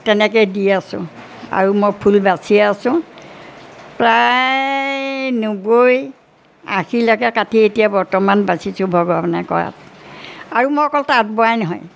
তেনেকৈ দি আছোঁ আৰু মই ফুল বাচিয়ে আছোঁ প্ৰায় নবৈ আশীলৈকে কাঠি এতিয়া বৰ্তমান বাচিছোঁ ভগৱানে কৰাত আৰু মই অকল তাঁত বোৱাই নহয়